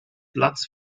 platz